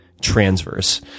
transverse